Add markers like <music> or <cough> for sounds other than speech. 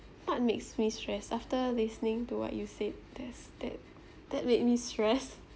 what makes me stressed after listening to what you said there's that that made me stressed <laughs>